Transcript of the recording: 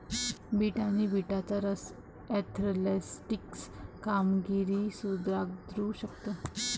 bit आणि बीटचा रस ऍथलेटिक कामगिरी सुधारू शकतो